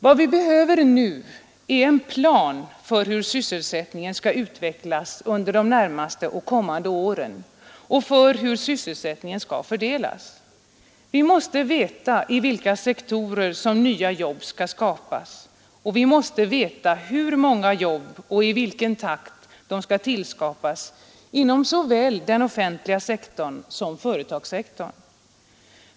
Vad vi behöver nu är en plan för hur sysselsättningen skall utvecklas under de närmaste och kommande åren och för hur sysselsättningen skall fördelas. Vi måste veta hur många jobb och i vilken takt de skall tillskapas inom såväl den offentliga sektorn som företagssektorn.